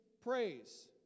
praise